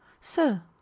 Sir